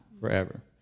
forever